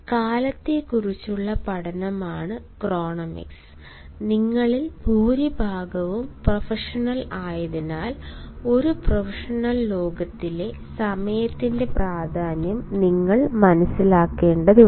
കാലത്തെക്കുറിച്ചുള്ള പഠനമാണ് ക്രോണമിക്സ് നിങ്ങളിൽ ഭൂരിഭാഗവും പ്രൊഫഷണലുകൾ ആയതിനാൽ ഒരു പ്രൊഫഷണൽ ലോകത്തിലെ സമയത്തിന്റെ പ്രാധാന്യം നിങ്ങൾ മനസ്സിലാക്കേണ്ടതുണ്ട്